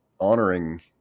honoring